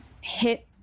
hit